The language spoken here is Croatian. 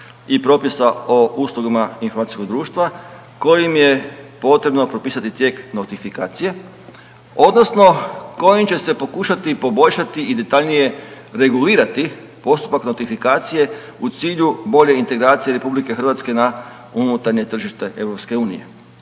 i propisa o uslugama informacijskog društva kojim je potrebno propisati tijek notifikacije odnosno kojim će se pokušati poboljšati i detaljnije regulirati postupak notifikacije u cilju bolje integracije RH na unutarnje tržište EU.